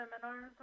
seminars